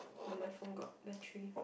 when my phone got battery